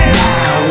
now